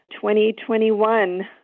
2021